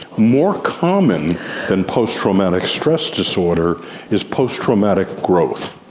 more common than post-traumatic stress disorder is post-traumatic growth.